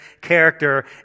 character